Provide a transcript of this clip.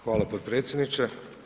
Hvala potpredsjedniče.